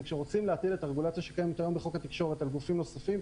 וכשרוצים להחיל את הרגולציה שקיימת היום בחוק התקשורת על גופים נוספים,